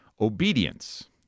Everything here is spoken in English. obedience